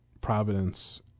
Providence